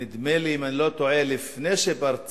נדמה לי, אם אני לא טועה, לפני שפרצו